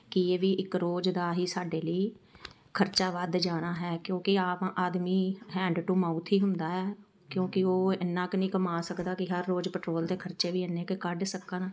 ਕਿ ਇਹ ਵੀ ਇੱਕ ਰੋਜ਼ ਦਾ ਹੀ ਸਾਡੇ ਲਈ ਖਰਚਾ ਵੱਧ ਜਾਣਾ ਹੈ ਕਿਉਂਕਿ ਆਮ ਆਦਮੀ ਹੈਂਡ ਟੂ ਮਾਊਥ ਹੀ ਹੁੰਦਾ ਹੈ ਕਿਉਂਕਿ ਉਹ ਇੰਨਾ ਕੁ ਨਹੀਂ ਕਮਾ ਸਕਦਾ ਕਿ ਹਰ ਰੋਜ਼ ਪੈਟਰੋਲ ਦੇ ਖਰਚੇ ਵੀ ਇੰਨੇ ਕੁ ਕੱਢ ਸਕਣ